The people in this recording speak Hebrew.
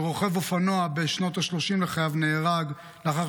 ורוכב אופנוע בשנות השלושים לחייו נהרג לאחר